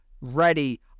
ready